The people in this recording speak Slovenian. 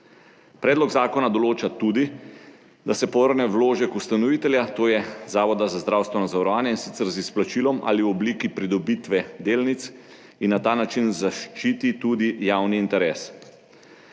Predlog zakona določa tudi, da se povrne vložek ustanovitelja, to je Zavoda za zdravstveno zavarovanje Slovenije, in sicer z izplačilom ali v obliki pridobitve delnic, in na ta način zaščiti tudi javni interes.